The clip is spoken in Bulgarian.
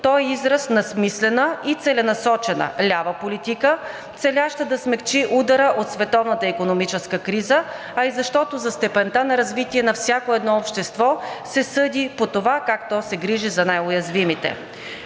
той е израз на смислена и целенасочена лява политика, целяща да смекчи удара от световната икономическа криза, а и защото за степента на развитие на всяко едно общество се съди по това как то се грижи за най-уязвимите.